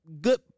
good